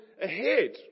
ahead